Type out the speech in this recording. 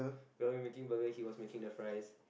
we were making burgers he was making the fries